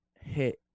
hit